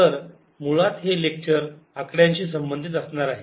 तर मुळात हे लेक्चर आकड्यांची संबंधित असणार आहे